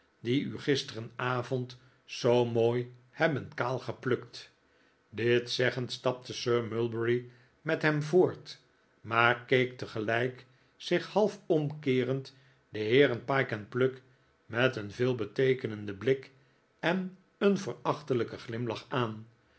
die u gisterenavond zoo mooi hebben kaal geplukt dit zeggend stapte sir mulberry met hem voort maar keek tegelijk zich half omkeerend de heeren pyke en pluck met een veelbeteekenenden blik en een verachtelijken glimlach aan